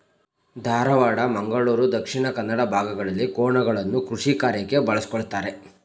ಧಾರವಾಡ, ಮಂಗಳೂರು ದಕ್ಷಿಣ ಕನ್ನಡ ಭಾಗಗಳಲ್ಲಿ ಕೋಣಗಳನ್ನು ಕೃಷಿಕಾರ್ಯಕ್ಕೆ ಬಳಸ್ಕೊಳತರೆ